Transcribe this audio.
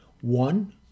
One